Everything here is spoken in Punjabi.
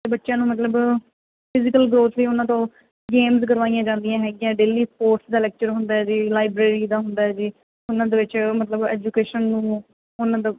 ਬੱਚਿਆਂ ਨੂੰ ਮਤਲਬ ਫਿਜ਼ੀਕਲ ਗਰੋਥ ਵੀ ਉਹਨਾਂ ਤੋਂ ਗੇਮਜ਼ ਕਰਵਾਈਆਂ ਜਾਂਦੀਆਂ ਹੈਗੀਆਂ ਡੇਲੀ ਸਪੋਰਟਸ ਦਾ ਲੈਕਚਰ ਹੁੰਦਾ ਜੀ ਲਾਈਬਰੇਰੀ ਦਾ ਹੁੰਦਾ ਜੀ ਉਹਨਾਂ ਦੇ ਵਿੱਚ ਮਤਲਬ ਐਜੂਕੇਸ਼ਨ ਨੂੰ ਉਹਨਾਂ ਦਾ